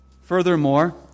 Furthermore